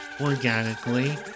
organically